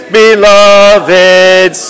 beloved